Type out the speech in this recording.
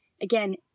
again